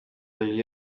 liliane